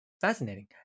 fascinating